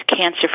cancer